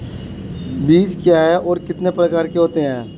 बीज क्या है और कितने प्रकार के होते हैं?